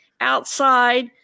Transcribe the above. outside